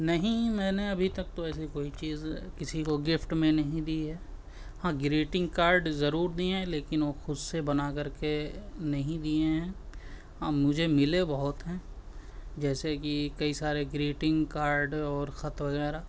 نہیں میں نے ابھی تک تو ایسی کوئی چیز کسی کو گفٹ میں نہیں دی ہے ہاں گریٹنگ کارڈ ضرور دیں ہیں لیکن وہ خود سے بنا کر کے نہیں دیے ہیں ہاں مجھے ملے بہت ہیں جیسے کہ کئی سارے گریٹنگ کارڈ اور خط وغیرہ